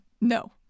No